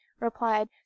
replied